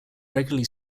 regularly